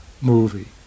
movie